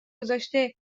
گذاشته